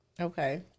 Okay